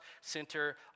center